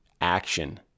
action